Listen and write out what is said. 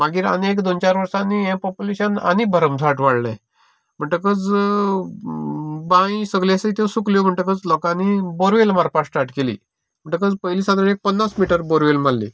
मागीर आनीक एक दोन चार वर्सांनी हें पोप्यूलेशन आनीक भरमसाट वाडपाक लागलें म्हाणटकच बांयी सगले आसा त्यो सुकल्यो म्हणटकच लोकांनी बोरवेल मारपाक स्टार्ट केली तशें पयलीं सान एक पन्नास मिटर बोरवेल मारली